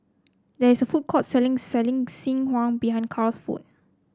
there is a food court selling selling behind Cal's home